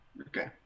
Okay